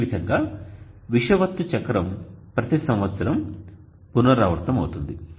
ఈ విధంగా విషువత్తు చక్రం ప్రతి సంవత్సరం పునరావృతమవుతుంది